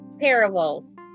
Parables